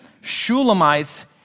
Shulamite's